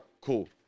Cool